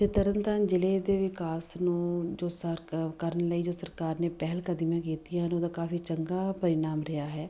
ਅਤੇ ਤਰਨ ਤਾਰਨ ਜ਼ਿਲ੍ਹੇ ਦੇ ਵਿਕਾਸ ਨੂੰ ਜੋ ਸਰ ਕ ਕਰਨ ਲਈ ਜੋ ਸਰਕਾਰ ਨੇ ਪਹਿਲਕਦਮੀਆਂ ਕੀਤੀਆਂ ਹਨ ਉਹਦਾ ਕਾਫ਼ੀ ਚੰਗਾ ਪਰਿਣਾਮ ਰਿਹਾ ਹੈ